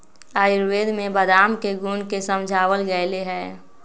आयुर्वेद में बादाम के गुण के समझावल गैले है